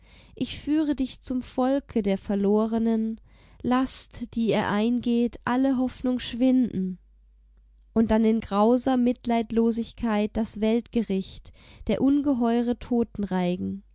ich führe dich zum volke der verlorenen laßt die ihr eingeht alle hoffnung schwinden und dann in grauser mitleidlosigkeit das weltgericht der ungeheure